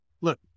look